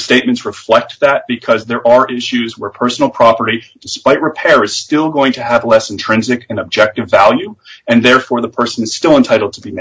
restatements reflect that because there are issues where personal property despite repair is still going to have less intrinsic an objective value and therefore the person is still entitled to be